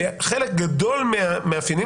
בחלק גדול מהמאפיינים,